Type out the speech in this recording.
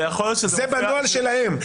זה בנוהל שלהם.